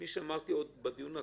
כפי שאמרתי, בדיון הכולל,